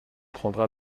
prendra